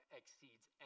exceeds